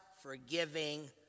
forgiving